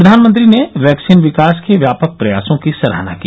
प्रधानमंत्री ने वैक्सीन विकास के व्यापक प्रयासों की सराहना की